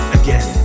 again